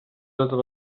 totes